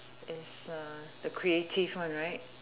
is uh the creative one right